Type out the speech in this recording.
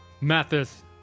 Mathis